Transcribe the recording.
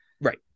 Right